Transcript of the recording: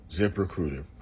ZipRecruiter